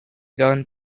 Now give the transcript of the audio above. going